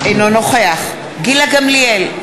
אינו נוכח גילה גמליאל,